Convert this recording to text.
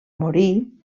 morir